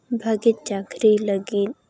ᱵᱷᱟᱹᱜᱤ ᱪᱟᱹᱠᱨᱤ ᱞᱟᱹᱜᱤᱫ